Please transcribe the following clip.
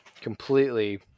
Completely